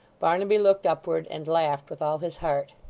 barnaby looked upward, and laughed with all his heart.